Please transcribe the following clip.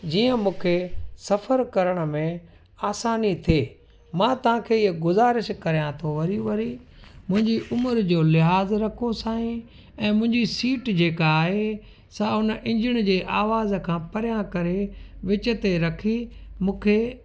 जीअं मूंखे सफ़रु करण में आसानी थिए मां तव्हांखे ईअं गुज़ारिश करियां थो वरी वरी मुंहिंजी उमिरि जो लिहाज़ु रखो साईं ऐं मुंहिंजी सीट जेका आहे सां उन इंजण जे आवाज़ खां परियां करे विच ते रखी मूंखे